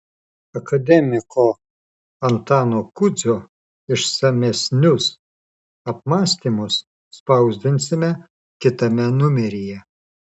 akademiko antano kudzio išsamesnius apmąstymus spausdinsime kitame numeryje